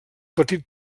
petit